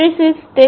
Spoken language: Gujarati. મેટ્રિસીસ